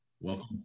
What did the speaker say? Welcome